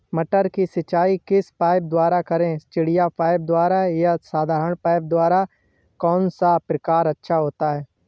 मटर की सिंचाई किस पाइप द्वारा करें चिड़िया पाइप द्वारा या साधारण पाइप द्वारा कौन सा प्रकार अच्छा होता है?